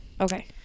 Okay